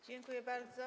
Dziękuję bardzo.